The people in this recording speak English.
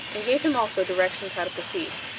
and gave him also directions how to proceed.